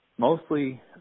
Mostly